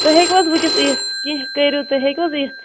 تُہۍ ہیکوٕ حظ ؤنکیٚس اِتھ کیٚنہہ کٔریُو تُہۍ ہٮ۪کہِ وٕ حظ اِتھ